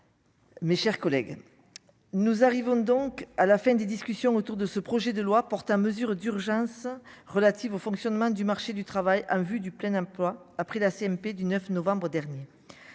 Mes chers collègues, nous arrivons donc à la fin des discussions autour de ce projet de loi portant mesures d'urgence relatives au fonctionnement du marché du travail en vue du plein emploi, a pris la CMP, du 9 novembre dernier